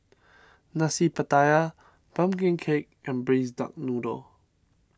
Nasi Pattaya Pumpkin Cake and Braised Duck Noodle